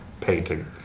painting